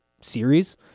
series